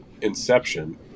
Inception